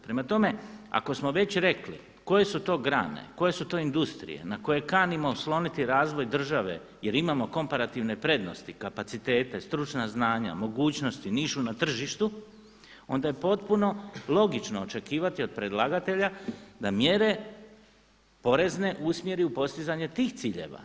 Prema tome, ako smo već rekli koje su to grane, koje su to industrije na koje kanimo osloniti razvoj države jer imamo komparativne prednosti, kapacitete, stručna znanja, mogućnosti, nišu na tržištu onda je potpuno logično očekivati od predlagatelja da mjere porezne usmjeri u postizanje tih ciljeva.